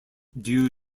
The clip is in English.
due